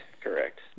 Correct